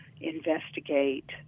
investigate